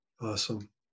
awesome